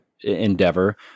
endeavor